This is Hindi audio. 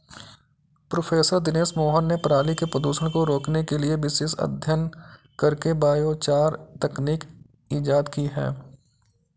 प्रोफ़ेसर दिनेश मोहन ने पराली के प्रदूषण को रोकने के लिए विशेष अध्ययन करके बायोचार तकनीक इजाद की है